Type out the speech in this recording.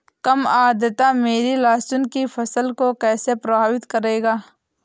कम आर्द्रता मेरी लहसुन की फसल को कैसे प्रभावित करेगा?